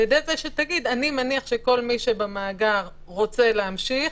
על ידי זה שתגיד: אני מניח שכל מי שבמאגר רוצה להמשיך,